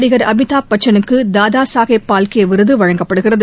நடிகர் அமிதாப் பச்சனுக்கு தாதா சாஹேப் பால்கே விருது வழங்கப்படுகிறது